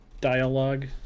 dialogue